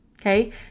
okay